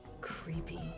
Creepy